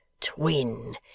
Twin